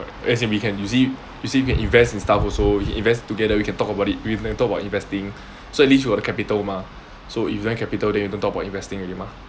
as in we can you see you see we can invest in stuff also we can invest together we can talk about it we can talk about investing so at least you have the capital mah so if you don't have capital then you don't talk about investing already mah